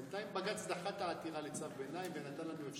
בינתיים בג"ץ דחה את העתירה לצו ביניים ונתן לנו אפשרות,